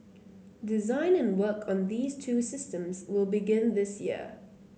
design and work on these two systems will begin this year